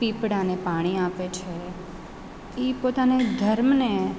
પીપળાને પાણી આપે છે એ પોતાને ધર્મને